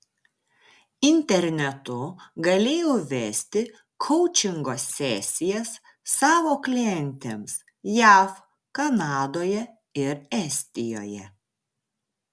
internetu galėjau vesti koučingo sesijas savo klientėms jav kanadoje ir estijoje